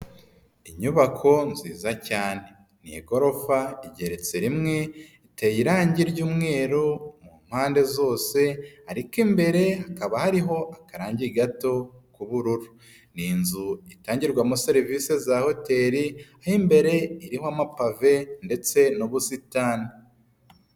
Inyubako nziza cyane, ni igorofa igeretse rimwe iteye irangi ry'umweru mu mpande zose ariko imbere hakaba hariho akarangi gato k'ubururu, ni inzu itangirwamo serivisi za hoteli ho imbere iriho amapave ndetse n'ubusitani.